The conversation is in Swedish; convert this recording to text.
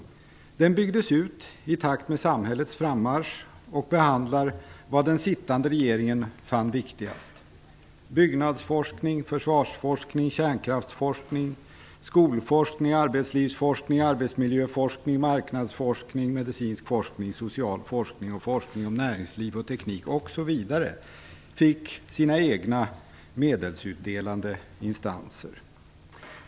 Den byggdes ut i takt med samhällets frammarsch och behandlar vad den dåvarande regeringen fann viktigast. Byggnadsforskning, försvarsforskning, kärnkraftsforskning, skolforskning, arbetslivsforskning, arbetsmiljöforskning, marknadsforskning, medicinsk forskning, social forskning och forskning om näringsliv och teknik, osv. fick sina egna medelsutdelande instanser.